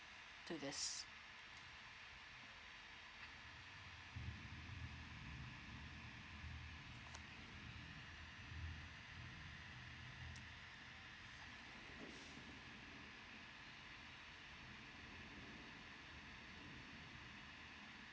to this